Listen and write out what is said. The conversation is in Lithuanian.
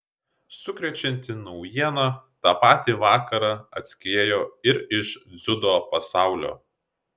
sukrečianti naujiena tą patį vakarą atskriejo ir iš dziudo pasaulio